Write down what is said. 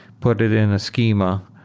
put it in a schema,